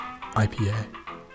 IPA